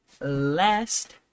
Last